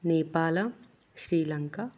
Nepal Sri Lanka